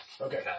Okay